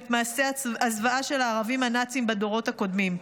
מעשי הזוועה של הערבים הנאצים בדורות הקודמים.